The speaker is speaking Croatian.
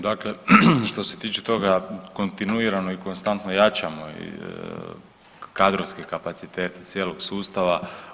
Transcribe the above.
Dakle, što se tiče toga kontinuirano i konstantno jačamo i kadrovske kapacitete cijelog sustava.